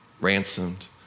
ransomed